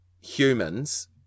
humans